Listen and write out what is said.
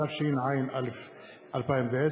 התשע"א 2010,